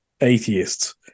atheists